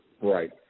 Right